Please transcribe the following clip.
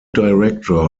director